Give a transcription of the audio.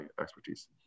expertise